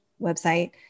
website